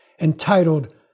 entitled